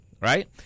Right